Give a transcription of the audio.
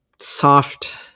soft